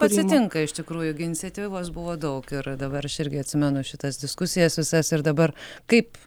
atsitinka iš tikrųjų gi iniciatyvos buvo daug ir dabar aš irgi atsimenu šitas diskusijas visas ir dabar kaip